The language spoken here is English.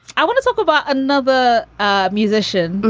i want to talk about another ah musician.